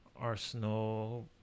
arsenal